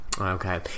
Okay